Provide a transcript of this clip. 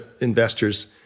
investors